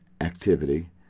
activity